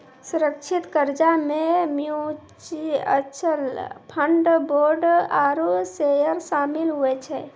सुरक्षित कर्जा मे म्यूच्यूअल फंड, बोंड आरू सेयर सामिल हुवै छै